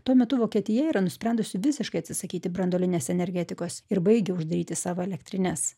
tuo metu vokietija yra nusprendusi visiškai atsisakyti branduolinės energetikos ir baigia uždaryti savo elektrines